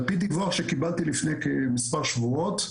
על פי דיווח שקיבלתי לפני כמספר שבועות,